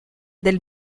del